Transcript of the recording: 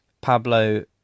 Pablo